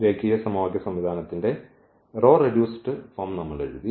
രേഖീയ സമവാക്യ സംവിധാനത്തിന്റെ ഈ റോ റെഡ്യൂസ്ഡ് ഫോം നമ്മൾ എഴുതി